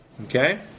Okay